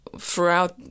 throughout